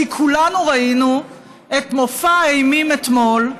כי כולנו ראינו את מופע האימים אתמול,